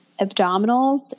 abdominals